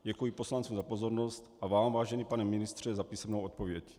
Děkuji poslancům za pozornost a vám, vážený pane ministře, za písemnou odpověď.